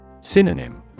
Synonym